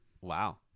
Wow